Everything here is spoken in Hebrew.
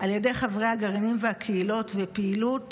על ידי חברי הגרעינים והקהילות, פעילות